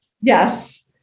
Yes